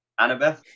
Annabeth